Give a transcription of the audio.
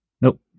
nope